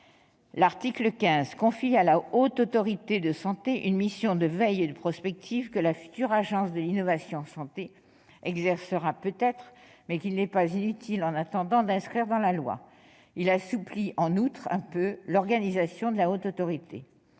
L'article 15 confie à la Haute Autorité de santé une mission de veille et de prospective, que la future Agence de l'innovation en santé exercera peut-être, mais qu'il n'est pas inutile, en attendant, d'inscrire dans la loi. En outre, il assouplit légèrement l'organisation de la Haute Autorité.